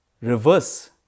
reverse